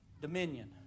Dominion